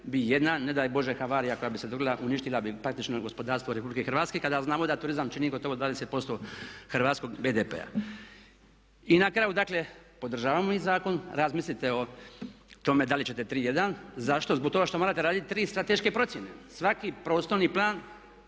bi jedna ne daj Bože havarija koja bi se dogodila, uništila bi praktično gospodarstvo RH kada znamo da turizam čini gotovo 20% Hrvatskog BDP-a. I na kraju dakle, podražavamo ovaj zakon, razmislite o tome da li ćete tri jedan, zašto? Zbog toga što morate raditi tri strateške procjene, svaki prostorni plan,